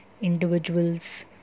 individuals